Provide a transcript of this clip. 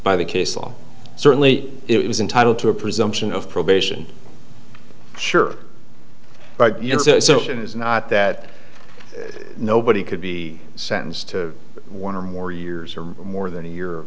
by the case law certainly it was entitle to a presumption of probation sure but even so it is not that nobody could be sentenced to one or more years or more than a year